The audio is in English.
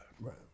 Right